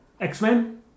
X-Men